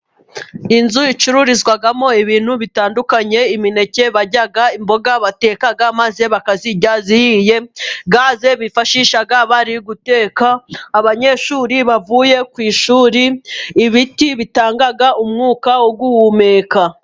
Inzu icururizwamo ibintu bitandukanye: Imineke barya, imboga bateka maze bakazirya zihiye, gaze bifashisha bari guteka , Abanyeshuri bavuye ku ishuri, ibiti bitanga umwuka wo guhumeka.